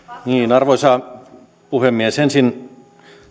arvoisa puhemies ensin